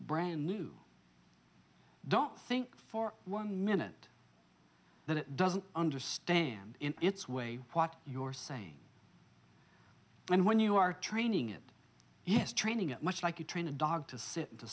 brand new don't think for one minute that it doesn't understand in its way what your saying and when you are training it yes training it much like you train a dog to